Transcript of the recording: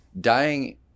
dying